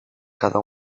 cada